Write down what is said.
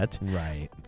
right